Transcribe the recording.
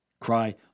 Cry